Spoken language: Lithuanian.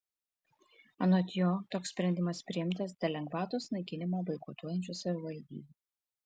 anot jo toks sprendimas priimtas dėl lengvatos naikinimą boikotuojančių savivaldybių